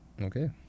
Okay